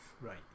right